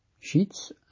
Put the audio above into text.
sheets